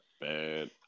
bad